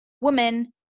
woman